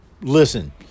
listen